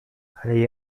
علي